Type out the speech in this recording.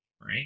right